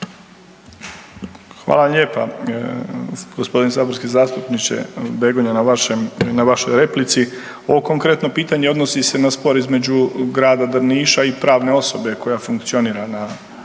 Hvala lijepa gospodine saborski zastupniče Begonja na vašoj replici. Ovo konkretno pitanje odnosi se na spor između grada Drniša i pravne osobe koja funkcionira ako